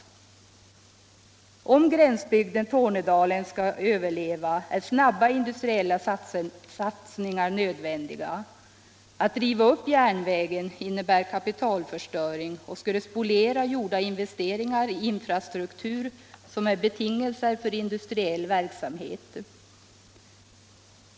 37 Om gränsbygden Tornedalen skall överleva är snabba industriella satsningar nödvändiga. Att riva upp järnvägen innebär kapitalförstöring och skulle spoliera gjorda investeringar i infrastruktur, som är betingelser för industriell verksamhet.